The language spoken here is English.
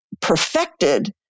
perfected